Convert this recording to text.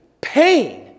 pain